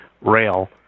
rail